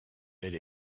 elle